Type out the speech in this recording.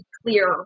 clear